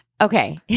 Okay